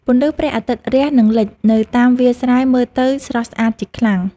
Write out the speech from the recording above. ពន្លឺព្រះអាទិត្យរះ និងលិចនៅតាមវាលស្រែ មើលទៅស្រស់ស្អាតជាខ្លាំង។